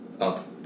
up